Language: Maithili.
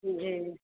जी